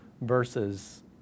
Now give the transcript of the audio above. versus